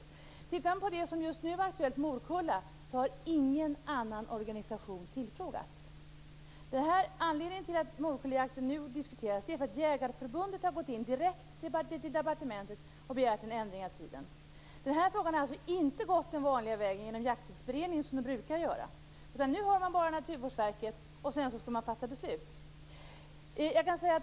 Om man tittar på det som är aktuellt just nu, nämligen morkullan, finner man att ingen annan organisation har tillfrågats. Anledningen till att morkulljakten nu diskuteras är att Jägareförbundet har gått direkt till departementet och begärt en ändring av tiden. Den här frågan har alltså inte gått den vanliga vägen genom Jakttidsberedningen, som den brukar göra. Nu hör man bara Naturvårdsverket. Sedan skall man fatta beslut.